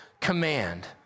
command